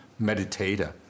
meditator